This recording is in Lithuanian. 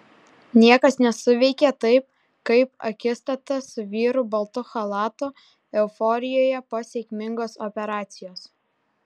niekas nesuveikė taip kaip akistata su vyru baltu chalatu euforijoje po sėkmingos operacijos